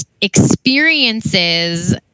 experiences